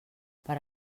per